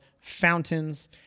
fountains